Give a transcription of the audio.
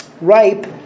ripe